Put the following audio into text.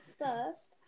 First